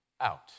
out